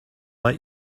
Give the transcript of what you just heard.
let